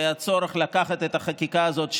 שהיה צורך לקחת את החקיקה הזאת,